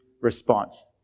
response